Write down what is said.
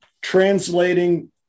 translating